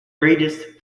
greatest